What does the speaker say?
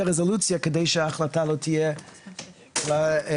רזולוציה כדי שההחלטה לא תהיה כללית.